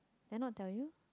did I not tell you